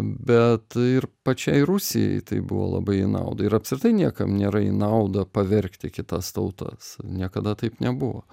bet ir pačiai rusijai tai buvo labai į naudą ir apskritai niekam nėra į naudą pavergti kitas tautas niekada taip nebuvo